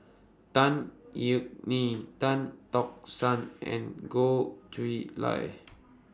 Tan Yeok Nee Tan Tock San and Goh Chiew Lye